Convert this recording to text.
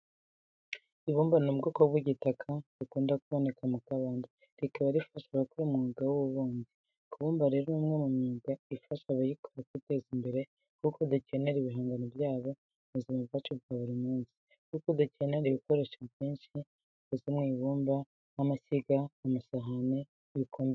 Ibumba ni ubwoko bw'igitaka bukunda kuboneka mu kabande rikaba rifasha abakora umwuga w'ububumbyi. Kubumba rero ni umwe mu myuga ifasha abayikora kwiteza imbere kuko dukenera ibihangano byabo mu buzima bwacu bwa buri munsi, kuko dukenera ibikoresho byinshi bikoze mu ibumba nk'amashyiga, amasahani, ibikombe n'ibindi.